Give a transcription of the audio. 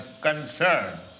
concerned